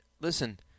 listen